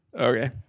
Okay